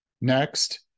Next